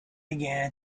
again